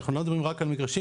אנחנו לא מדברים רק על מגרשים.